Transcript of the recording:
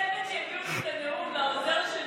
כותבת שיביאו לי את הנאום, לעוזר שלי,